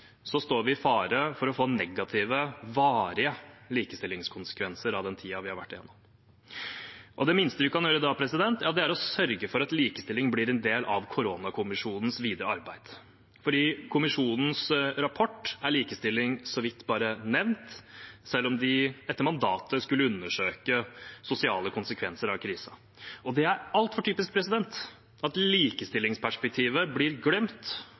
står vi i fare for å få negative, varige likestillingskonsekvenser av den tiden vi har vært igjennom. Det minste vi kan gjøre da, er å sørge for at likestilling blir en del av Koronakommisjonens videre arbeid, for i kommisjonens rapport er likestilling bare så vidt nevnt, selv om de etter mandatet skulle undersøke sosiale konsekvenser av krisen. Og det er altfor typisk at likestillingsperspektivet blir glemt